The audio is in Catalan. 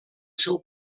seu